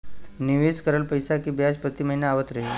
निवेश करल पैसा के ब्याज प्रति महीना आवत रही?